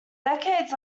decades